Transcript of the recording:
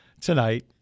tonight